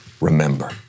remember